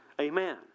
Amen